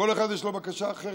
כל אחד יש לו בקשה אחרת,